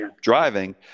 driving